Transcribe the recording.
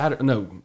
No